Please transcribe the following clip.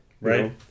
Right